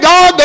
God